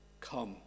Come